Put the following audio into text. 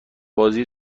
بازی